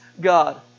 God